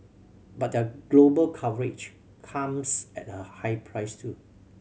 but their global coverage comes at a high price too